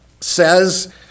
says